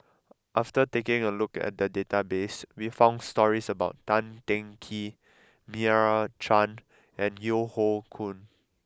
after taking a look at the database we found stories about Tan Teng Kee Meira Chand and Yeo Hoe Koon